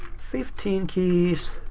fifteen keys,